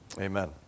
amen